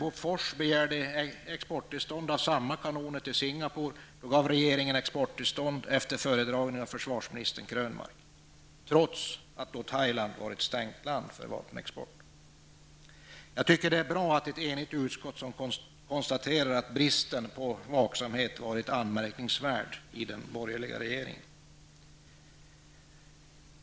När Bofors begärde exporttillstånd för samma kanoner till Singapore gav regeringen exporttillstånd efter föredragning av försvarsminister Krönmark, trots att Thailand var ett stängt land för vapenexport. Jag tycker att det är bra att ett enigt utskott konstaterar att bristen på vaksamhet var anmärkningsvärd i den borgerliga regeringen.